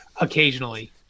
occasionally